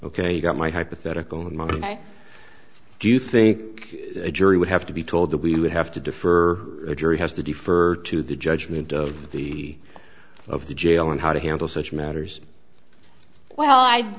ok you got my hypothetical in mind i do think a jury would have to be told that we would have to defer a jury has to defer to the judgment of the of the jail and how to handle such matters well i